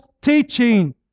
teaching